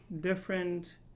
different